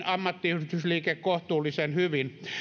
ammattiyhdistysliike suoriutuikin kohtuullisen hyvin